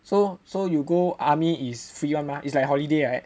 so so you go army is free [one] mah it's like a holiday like that